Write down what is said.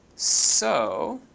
so